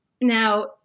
Now